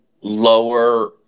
lower